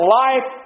life